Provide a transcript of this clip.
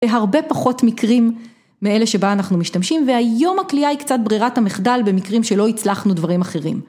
בהרבה פחות מקרים מאלה שבה אנחנו משתמשים והיום הקליעה היא קצת ברירת המחדל במקרים שלא הצלחנו דברים אחרים.